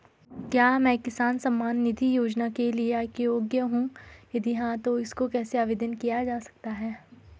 क्या मैं किसान सम्मान निधि योजना के लिए योग्य हूँ यदि हाँ तो इसको कैसे आवेदन किया जा सकता है?